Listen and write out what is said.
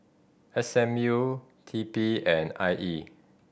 S M U T P and I E